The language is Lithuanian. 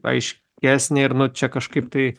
aiškesnė ir nu čia kažkaip tai